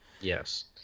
Yes